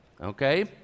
Okay